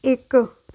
ਇੱਕ